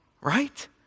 right